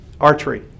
archery